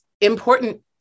important